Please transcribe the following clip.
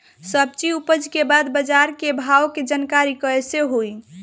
सब्जी उपज के बाद बाजार के भाव के जानकारी कैसे होई?